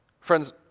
Friends